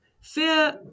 fear